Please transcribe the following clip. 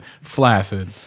flaccid